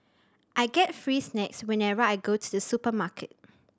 I get free snacks whenever I go to the supermarket